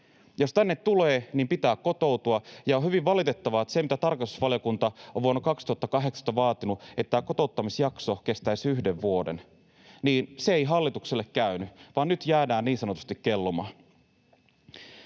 Jos tänne tulee, niin pitää kotoutua. On hyvin valitettavaa, että se, mitä tarkastusvaliokunta on vuonna 2018 vaatinut, että tämä kotouttamisjakso kestäisi yhden vuoden, ei hallitukselle käynyt, vaan nyt jäädään niin sanotusti kellumaan.